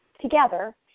together